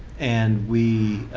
and we